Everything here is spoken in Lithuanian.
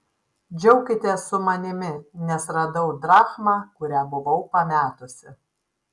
džiaukitės su manimi nes radau drachmą kurią buvau pametusi